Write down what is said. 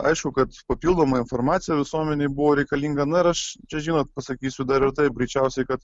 aišku kad papildoma informacija visuomenei buvo reikalinga na ir aš čia žinot pasakysiu dar ir taip greičiausiai kad